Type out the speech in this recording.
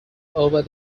over